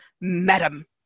madam